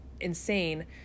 insane